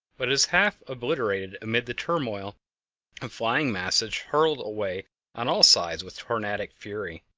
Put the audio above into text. but it is half obliterated amid the turmoil of flying masses hurled away on all sides with tornadic fury.